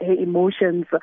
emotions